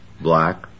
black